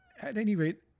at any rate,